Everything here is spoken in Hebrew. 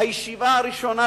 הישיבה הראשונה,